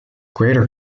greater